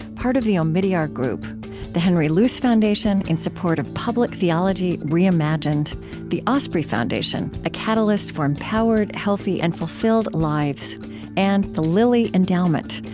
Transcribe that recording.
part of the omidyar group the henry luce foundation, in support of public theology reimagined the osprey foundation a catalyst for empowered, healthy, and fulfilled lives and the lilly endowment,